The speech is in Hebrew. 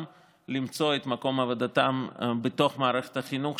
למצוא את מקום עבודתם בתוך מערכת החינוך,